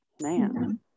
man